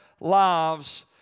lives